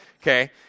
okay